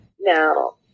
Now